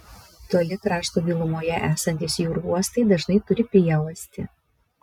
toli krašto gilumoje esantys jūrų uostai dažnai turi prieuostį